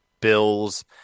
bills